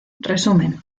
resumen